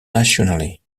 nationally